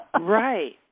Right